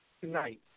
tonight